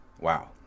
Wow